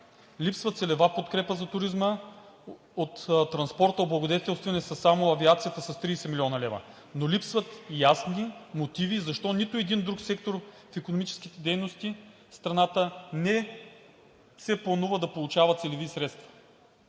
Липсва целева подкрепа за туризма – от транспорта облагодетелствана е само авиацията с 30 млн. лв., но липсват ясни мотиви защо никой друг сектор в икономическите дейности в страната не се планува да получава целеви средства.